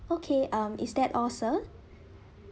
okay um is that all sir